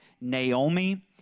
Naomi